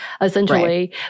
essentially